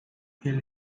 fill